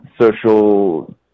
social